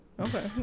Okay